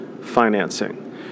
financing